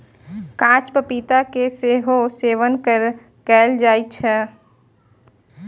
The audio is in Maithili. कांच पपीता के सेहो सेवन कैल जाइ छै